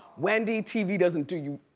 wendy, tv doesn't do you.